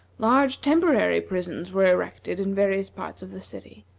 large temporary prisons were erected in various parts of the city.